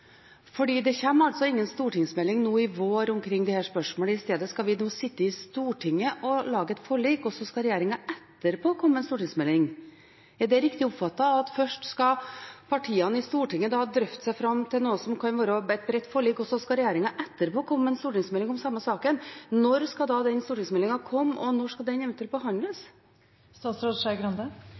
det kommer altså ingen stortingsmelding nå i vår omkring disse spørsmålene. I stedet skal vi nå sitte i Stortinget og lage et forlik, og så skal regjeringen etterpå komme med en stortingsmelding. Er det riktig oppfattet at først skal partiene i Stortinget drøfte seg fram til noe som kan være et bredt forlik, og så skal regjeringen etterpå komme med en stortingsmelding om samme saken? Når skal da stortingsmeldingen komme, og når skal den eventuelt